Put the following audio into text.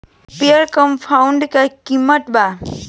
Reaper combiner का किमत बा?